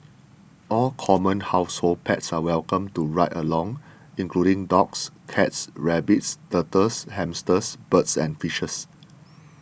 all common household pets are welcome to ride along including dogs cats rabbits turtles hamsters birds and fishes